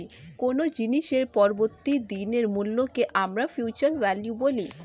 কোনো জিনিসের পরবর্তী দিনের মূল্যকে আমরা ফিউচার ভ্যালু বলি